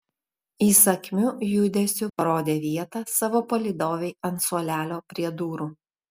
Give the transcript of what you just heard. įsakmiu judesiu parodė vietą savo palydovei ant suolelio prie durų